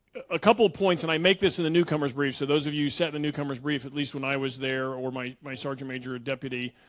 a couple of points and i make this in the newcomers brief so those of you set the newcomers brief at least when i was there or my my sergeant major a deputy